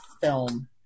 film